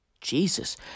Jesus